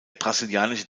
brasilianische